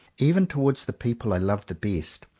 even towards the people i love the best,